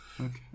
Okay